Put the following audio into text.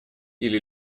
или